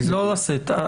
לא לשאת.